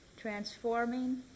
transforming